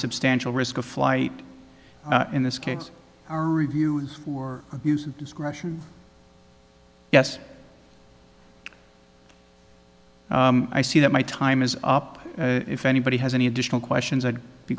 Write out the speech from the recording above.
substantial risk of flight in this case our review or use of discretion yes i see that my time is up if anybody has any additional questions i'd be